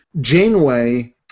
Janeway